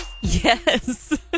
Yes